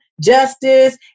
justice